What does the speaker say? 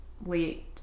late